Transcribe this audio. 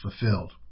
fulfilled